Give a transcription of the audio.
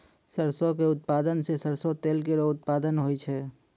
सरसों क उत्पादन सें सरसों तेल केरो उत्पादन होय छै